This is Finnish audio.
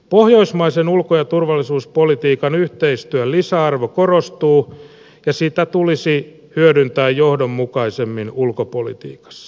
pohjoismaisen ulko ja turvallisuuspolitiikan yhteistyön lisäarvo korostuu ja sitä tulisi hyödyntää johdonmukaisemmin ulkopolitiikassa